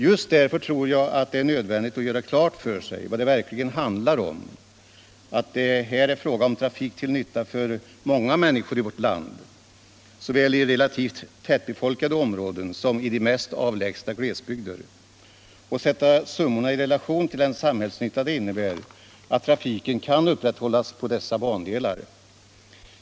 Just därför tror jag det är nödvändigt — m.m. att göra klart för sig vad det verkligen handlar om, att här är det fråga om trafik till nytta för många människor i vårt land, såväl i relativt tättbefolkade områden som i de mest avlägsna glesbygder, och sätta summorna i relation till den samhällsnytta det innebär att trafiken kan upprätthållas på dessa bandelar.